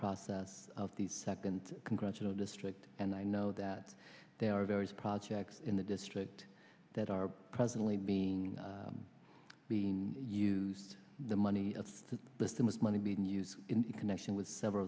process of the second congressional district and i know that there are various projects in the district that are presently being being used the money to the so much money being used in connection with several